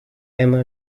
emma